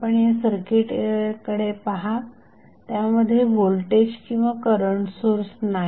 आपण या सर्किटकडे पहा त्यामध्ये व्होल्टेज किंवा करंट सोर्स नाही